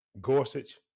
Gorsuch